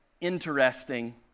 interesting